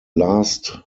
last